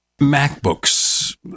macbooks